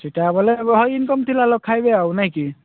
ସେଇଟା ବୋଲେ ହଁ ଇନକମ୍ ଥିଲା ଲୋକ ଖାଇବେ ଆଉ ନାଇଁ କିି